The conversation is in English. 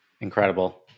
Incredible